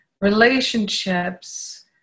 relationships